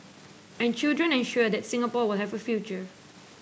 and children ensure that Singapore will have a future